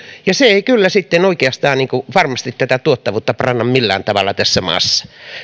ja se ei kyllä sitten oikeastaan varmasti tätä tuottavuutta paranna millään tavalla tässä maassa